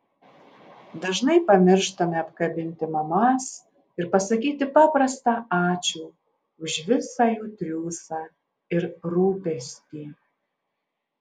dažnai pamirštame apkabinti mamas ir pasakyti paprastą ačiū už visą jų triūsą ir rūpestį